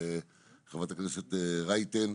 חברת הכנסת רייטן,